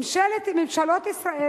ממשלות ישראל